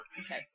Okay